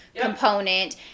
component